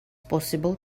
possible